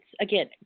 again